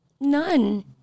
None